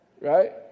right